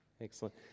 Excellent